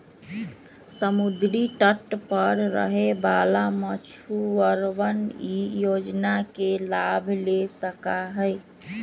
समुद्री तट पर रहे वाला मछुअरवन ई योजना के लाभ ले सका हई